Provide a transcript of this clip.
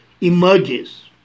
emerges